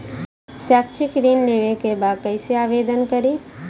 शैक्षिक ऋण लेवे के बा कईसे आवेदन करी?